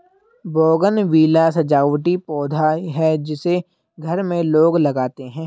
bougainvillea सजावटी पौधा है जिसे घर में लोग लगाते हैं